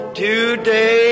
today